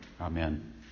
Amen